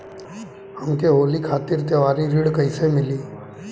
हमके होली खातिर त्योहारी ऋण कइसे मीली?